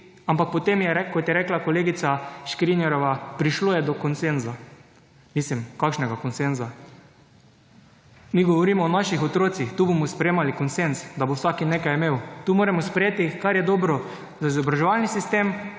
Ampak potem je, kot je rekla kolegica Škrinjarjeva, prišlo je do konsenza. Mislim, kakšnega konsenza? Mi govorimo o naših otrocih. Tu bomo sprejemali konsenz, da bo vsak nekaj imel? Tu moramo sprejeti, kar je dobro za izobraževalni sistem,